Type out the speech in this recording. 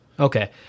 Okay